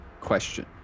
question